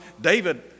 David